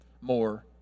more